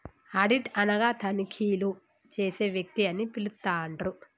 audit అనగా తనిఖీలు చేసే వ్యక్తి అని పిలుత్తండ్రు